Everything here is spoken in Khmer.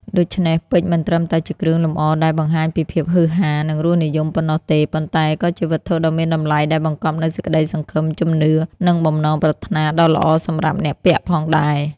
ដូច្នេះ ពេជ្រមិនត្រឹមតែជាគ្រឿងលម្អដែលបង្ហាញពីភាពហ៊ឺហា និងរសនិយមប៉ុណ្ណោះទេ ប៉ុន្តែក៏ជាវត្ថុដ៏មានតម្លៃដែលបង្កប់នូវសេចក្ដីសង្ឃឹម ជំនឿ និងបំណងប្រាថ្នាដ៏ល្អសម្រាប់អ្នកពាក់ផងដែរ។